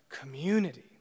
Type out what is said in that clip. community